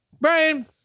Brian